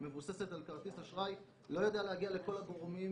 מבוססת על כרטיס אשראי לא יודע להגיע לכל הגורמים